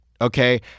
Okay